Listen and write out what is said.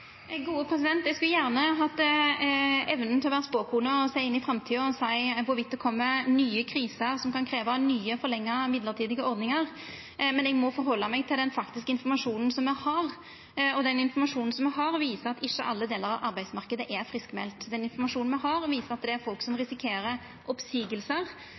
Eg skulle gjerne hatt evna til å vera spåkone og sjå inn i framtida og seia om det kjem nye kriser som kan krevja nye forlengde mellombelse ordningar, men eg må halda meg til den faktiske informasjonen me har, og den informasjonen me har, viser at ikkje alle delar av arbeidsmarknaden er friskmelde. Den informasjonen me har, viser at det er folk som